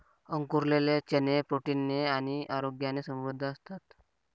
अंकुरलेले चणे प्रोटीन ने आणि आरोग्याने समृद्ध असतात